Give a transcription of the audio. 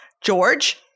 George